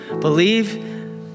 Believe